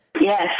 Yes